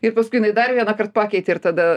ir paskui jinai dar vienąkart pakeitė ir tada